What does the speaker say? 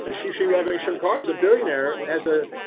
sri sri ravi shankar is a billionaire, has, ah